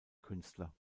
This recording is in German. künstler